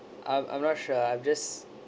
I'm I'm not sure I'm just